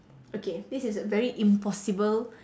okay this is very impossible